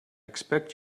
expect